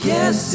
Yes